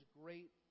great